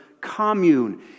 commune